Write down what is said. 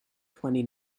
twenty